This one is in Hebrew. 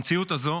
במציאות הזאת,